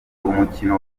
umukino